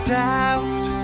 doubt